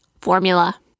formula